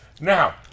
Now